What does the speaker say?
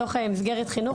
בתוך מסגרת חינוך,